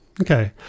okay